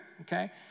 okay